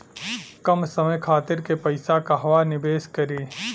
कम समय खातिर के पैसा कहवा निवेश करि?